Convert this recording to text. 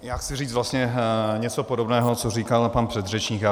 Já chci říct vlastně něco podobného, co říkal pan předřečník.